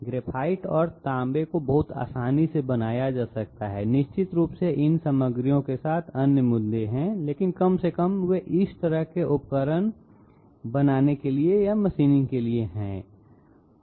graphite और तांबे को बहुत आसानी से बनाया जा सकता है निश्चित रूप से इन सामग्रियों के साथ अन्य मुद्दे हैं लेकिन कम से कम वे इस तरह के उपकरण पहनने के बिना मशीनी हैं